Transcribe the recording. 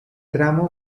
tramo